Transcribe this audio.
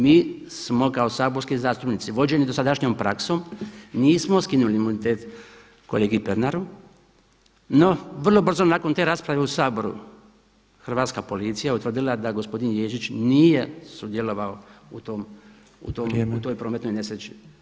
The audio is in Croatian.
Mi smo kao saborski zastupnici vođeni dosadašnjom praksom nismo skinuli imunitet kolegi Pernaru no vrlo brzo nakon te rasprave u Saboru Hrvatska policija utvrdila je da je gospodin Ježić nije sudjelovao u toj [[Upadica predsjednik: Vrijeme.]] prometnoj nesreći.